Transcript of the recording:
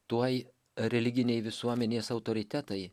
tuoj religiniai visuomenės autoritetai